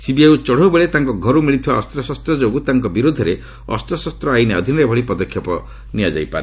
CBI ଚଢ଼ଉ ବେଳେ ତାଙ୍କ ଘରୁ ମିଳିଥିବା ଅସ୍ତ୍ରଶସ୍ତ ଯୋଗୁଁ ତାଙ୍କ ବିରୋଧରେ ଅସ୍ତଶସ୍ତ ଆଇନ୍ ଅଧୀନରେ ଏଭଳି ପଦକ୍ଷେପ ନିଆଯାଇପାରେ